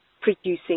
producing